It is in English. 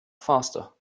faster